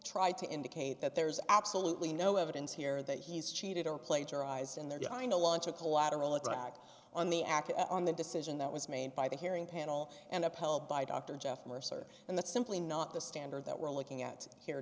tried to indicate that there's absolutely no evidence here that he's cheated or plagiarized and they're going to launch a collateral attack on the act on the decision that was made by the hearing panel and upheld by dr jeff mercer and that's simply not the standard that we're looking at here